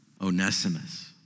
Onesimus